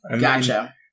Gotcha